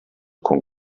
con